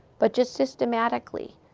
but just systematically.